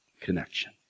connection